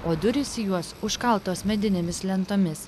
o durys į juos užkaltos medinėmis lentomis